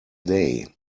day